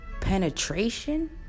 penetration